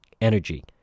energy